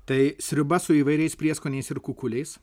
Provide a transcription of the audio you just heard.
tai sriuba su įvairiais prieskoniais ir kukuliais